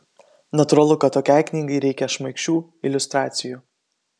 natūralu kad tokiai knygai reikia šmaikščių iliustracijų